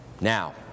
Now